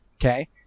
okay